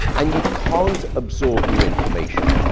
and you can't absorb new information.